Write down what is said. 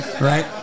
Right